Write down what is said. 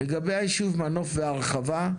לגבי הישוב מנוף בהרחבה.